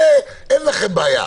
עם זה אין לכם בעיה,